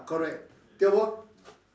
correct tio bo